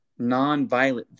nonviolent